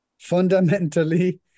Fundamentally